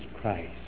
Christ